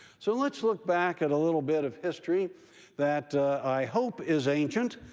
so let's look back at a little bit of history that i hope is ancient,